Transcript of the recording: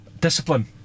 discipline